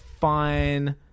fine